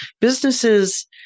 businesses